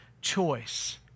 choice